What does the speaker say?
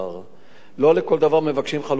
לא לכל דבר מבקשים חלופת מאסר.